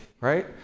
right